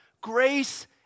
Grace